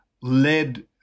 led